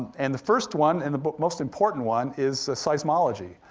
and the first one, and the but most important one, is the seismology.